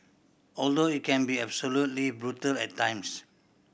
although it can be absolutely brutal at times